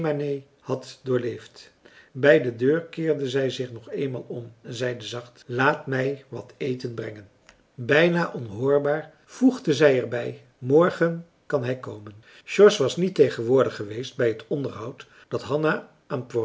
had doorleefd bij de deur keerde zij zich nog eenmaal om en zeide zacht laat mij wat eten brengen bijna onhoorbaar voegde zij er bij morgen kan hij komen george was niet tegenwoordig geweest bij het onderhoud dat hanna